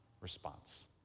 response